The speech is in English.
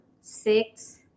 Six